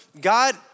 God